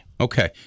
Okay